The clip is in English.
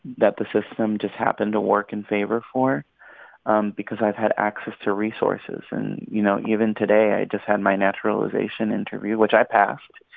that the system just happened to work in favor for um because i've had access to resources. and you know, even today, i just had my naturalization interview, which i passed